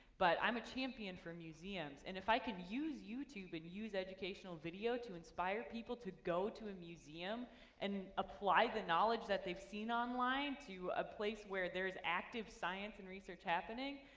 but i'm a champion for museums. and if i could use youtube and use educational video to inspire people to go to a museum and apply the knowledge that they've seen online to a place where there's active science and research happening,